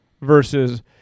Versus